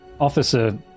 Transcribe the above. officer